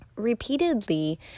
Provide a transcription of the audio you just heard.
repeatedly